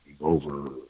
over